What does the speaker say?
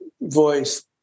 voice